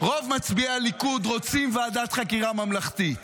רוב מצביעי הליכוד, רוצים ועדת חקירה ממלכתית.